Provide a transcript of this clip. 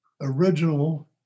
original